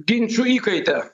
ginčų įkaite